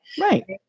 Right